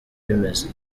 bimeze